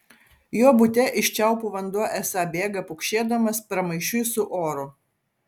jo bute iš čiaupų vanduo esą bėga pukšėdamas pramaišiui su oru